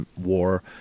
war